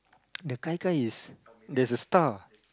that Gai-Gai is there's a star